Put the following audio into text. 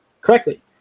correctly